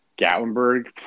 Gatlinburg